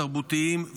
תרבותיים,